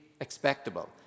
expectable